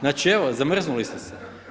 Znači evo, zamrznuli ste se.